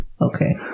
Okay